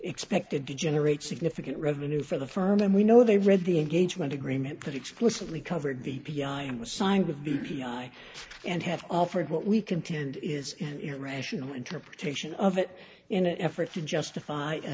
expected to generate significant revenue for the firm and we know they read the engagement agreement that explicitly covered the p r and was signed with d p i and have offered what we contend is an irrational interpretation of it in an effort to justify a